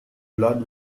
blood